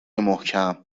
محکم